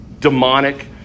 Demonic